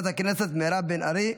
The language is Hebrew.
חברת הכנסת מירב בן ארי,